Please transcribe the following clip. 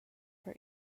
for